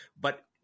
But-